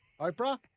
Oprah